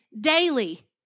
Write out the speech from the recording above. daily